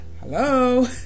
hello